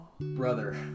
Brother